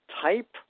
type